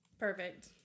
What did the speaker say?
Perfect